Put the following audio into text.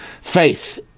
faith